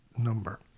number